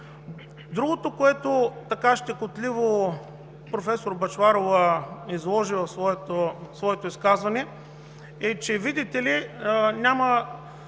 Другото, което така щекотливо професор Бъчварова изложи в своето изказване, че, видите ли,